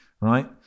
right